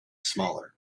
smaller